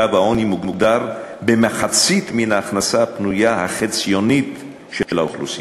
קו העוני מוגדר במחצית מההכנסה הפנויה החציונית של האוכלוסייה.